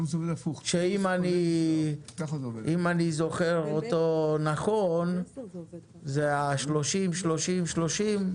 אם אני זוכר נכון, זה ה-30-30-30,